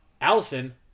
Allison